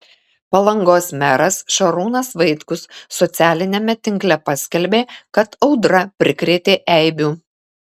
palangos meras šarūnas vaitkus socialiniame tinkle paskelbė kad audra prikrėtė eibių